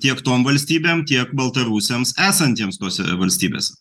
tiek tom valstybėm tiek baltarusiams esantiems tose valstybėse